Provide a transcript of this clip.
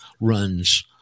runs